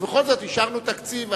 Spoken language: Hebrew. ובכל זאת אישרנו תקציב.